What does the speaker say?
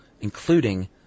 including